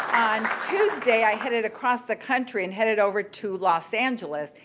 on tuesday, i headed across the country and headed over to los angeles.